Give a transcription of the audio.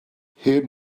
hen